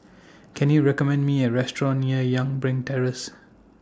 Can YOU recommend Me A Restaurant near Youngberg Terrace